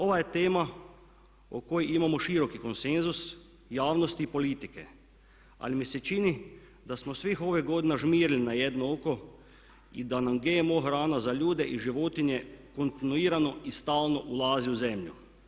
Ova je tema o kojoj imamo široki konsenzus javnosti i politike ali mi se čini da smo svih ovih godina žmirili na jedno oko i da nam GMO hrana za ljude i životinje kontinuirano i stalno ulazi u zemlju.